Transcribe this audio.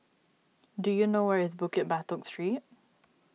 do you know where is Bukit Batok Street